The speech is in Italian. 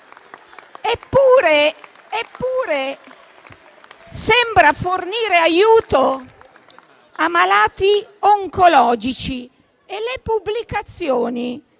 Eppure sembra fornire aiuto a malati oncologici, e le pubblicazioni